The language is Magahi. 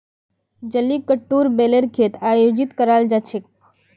जलीकट्टूत बैलेर खेल आयोजित कराल जा छेक